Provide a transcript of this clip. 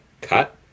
cut